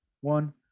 one